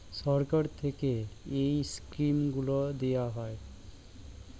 সরকার থেকে এই স্কিমগুলো দেওয়া হয়